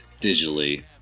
digitally